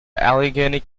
allegheny